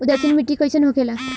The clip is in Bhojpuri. उदासीन मिट्टी कईसन होखेला?